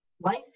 life